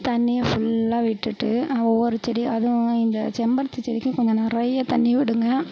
தண்ணியை ஃபுல்லா விட்டுட்டு ஒவ்வொரு செடியாக அதுவும் இந்த செம்பருத்தி செடிக்கும் கொஞ்சோம் நிறைய தண்ணி விடுங்க